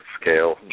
scale